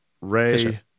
Ray